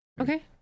okay